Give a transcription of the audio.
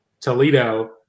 Toledo